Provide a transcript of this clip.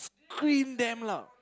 scream damn loud